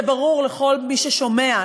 זה ברור לכל מי ששומע,